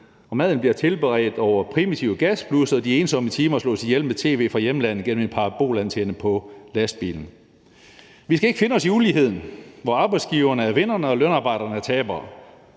og maden bliver tilberedt over primitive gasblus og de ensomme timer slås ihjel med tv fra hjemlandet gennem en parabolantenne på lastbilen. Vi skal ikke finde os i uligheden, hvor arbejdsgiverne er vinderne og lønarbejderne er taberne.